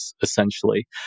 essentially